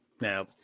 Now